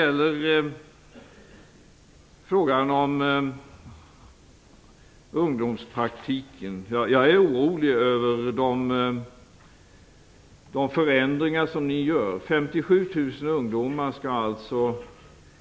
I fråga om ungdomspraktiken är jag orolig för de förändringar som ni gör. 57 000 ungdomar skall alltså